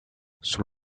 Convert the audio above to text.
son